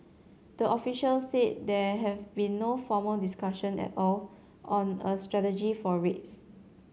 the officials said there have been no formal discussion at all on a strategy for rates